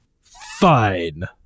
Fine